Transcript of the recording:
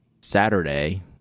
saturday